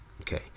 Okay